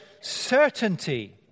certainty